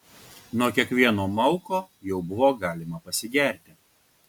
nuo kiekvieno mauko jau buvo galima pasigerti